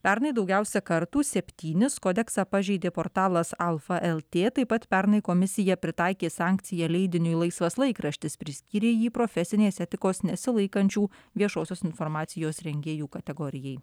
pernai daugiausia kartų septynis kodeksą pažeidė portalas alfa lt taip pat pernai komisija pritaikė sankciją leidiniui laisvas laikraštis priskyrė jį profesinės etikos nesilaikančių viešosios informacijos rengėjų kategorijai